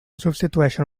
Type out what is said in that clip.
substitueixen